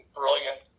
brilliant